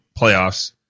playoffs